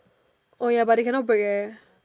orh ya but they can not break eh